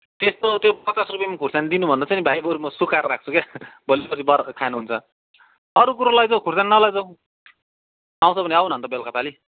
त्यस्तो त्यो पचास रुपियाँमा खोर्सानी दिनुभन्दा चाहिँ नि भाइ बरु म सुकाएर राख्छुँ के भोलिपर्सि बर्खामा खानहुन्छ अरू कुरो लैजाऊ खुर्सानी नलैजाऊ आउँछौ भने आउन त बेलुकापालि